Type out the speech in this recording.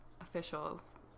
officials